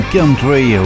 Country